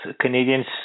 Canadians